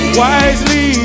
wisely